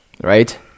right